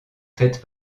faite